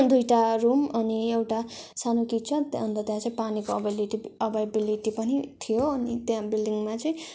दुइटा रुम अनि एउटा सानो किचन अन्त त्यहाँ चाहिँ पानीको अभइलिटी अभइलिबिलिटी पनि थियो अनि त्यहाँ बिल्डिङमा चाहिँ